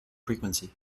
frequency